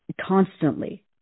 constantly